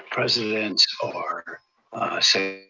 presidents are saying,